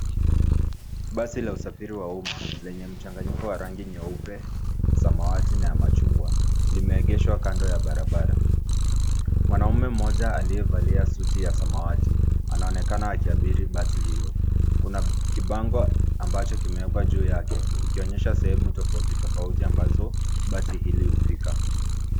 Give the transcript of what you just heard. Basi la usafiri wa umma lenye mchanganyiko wa rangi nyeupe, samawati na machungwa imeegeshwa kando ya barabara. Mwanaume mmoja aliyevalia suti ya samawati anaonekana akiabiri basi hilio. Kuna kibango ambacho kimewekwa juu yake kikionyesha sehemu tofauti tofauti ambazo basi hili hufika.